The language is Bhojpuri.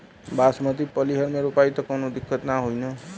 बासमती पलिहर में रोपाई त कवनो दिक्कत ना होई न?